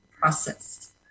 process